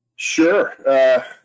Sure